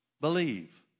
believe